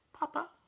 Papa